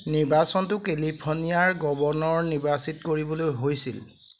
নিৰ্বাচনটো কেলিফৰ্ণিয়াৰ গৱৰ্ণৰ নিৰ্বাচিত কৰিবলৈ হৈছিল